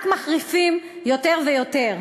רק מחריפים יותר ויותר.